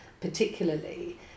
particularly